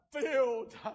filled